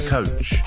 Coach